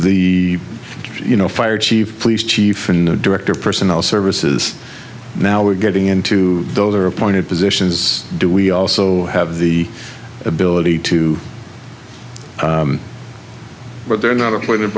the you know fire chief police chief and the director of personnel services now we're getting into those are appointed positions do we also have the ability to but they're not a